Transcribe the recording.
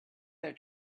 their